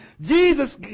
Jesus